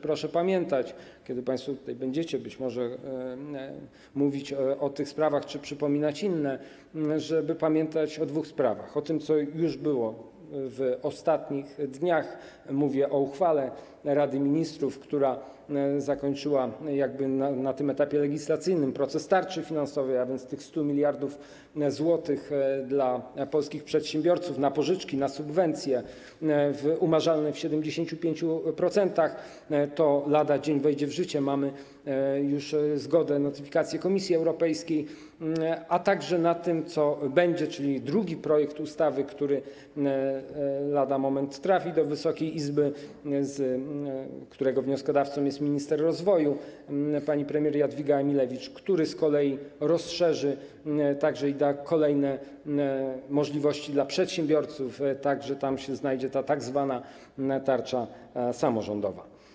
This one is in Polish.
Proszę pamiętać, kiedy państwo będziecie być może mówić o tych sprawach czy przypominać inne, o dwóch sprawach: o tym, co było w ostatnich dniach, mówię o uchwale Rady Ministrów, która zakończyła na tym etapie legislacyjnym proces tarczy finansowej, a więc o tych 100 mld zł dla polskich przedsiębiorców na pożyczki, na subwencje umarzalne w 75% - to lada dzień wejdzie w życie, mamy już zgodę, notyfikację Komisji Europejskiej - a także o tym, co będzie, czyli drugim projekcie ustawy, który lada moment trafi do Wysokiej Izby, którego wnioskodawcą jest minister rozwoju, pani premier Jadwiga Emilewicz, który z kolei rozszerzy i da kolejne możliwości przedsiębiorcom, tam się znajdzie ta tzw. tarcza samorządowa.